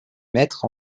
mettre